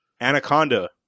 Anaconda